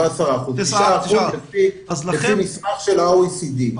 לא 10%. 9% לפי מסמך של ה-OECD,